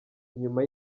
inyuma